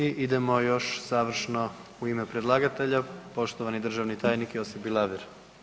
I idemo još završno u ime predlagatelja, poštovani državni tajnik Josip Bilaver.